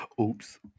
oops